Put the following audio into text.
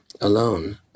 alone